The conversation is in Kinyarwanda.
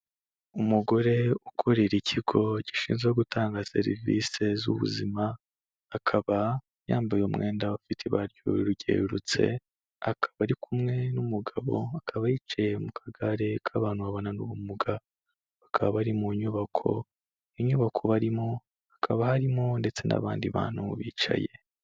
Umugore ukorera ikigo gishinzwe gutanga serivisi z'ubuzima, akaba yambaye umwenda ufite ibara ry'ubururu ryererutse, akaba ari kumwe n'umugabo, akaba yicaye mu kagare k'abantu babana n'ubumuga, bakaba bari mu nyubako, inyubako barimo hakaba harimo ndetse n'abandi bantu bicaye.